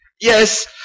Yes